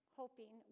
hoping